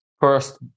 first